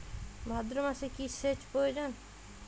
ভাদ্রমাসে কি সেচ প্রয়োজন?